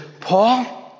Paul